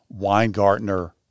Weingartner